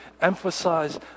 emphasize